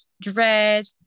dread